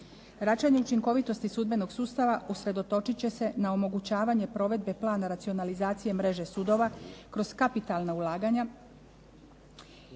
Jačanje učinkovitosti sudbenog sustava usredotočit će se na omogućavanje provedbe plana racionalizacije mreže sudova kroz kapitalna ulaganja